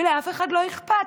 ולאף אחד לא אכפת.